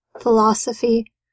philosophy